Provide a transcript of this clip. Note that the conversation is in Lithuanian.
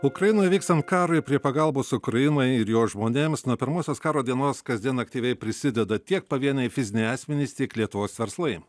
ukrainoje vykstant karui prie pagalbos ukrainai ir jos žmonėms nuo pirmosios karo dienos kasdien aktyviai prisideda tiek pavieniai fiziniai asmenys tiek lietuvos verslai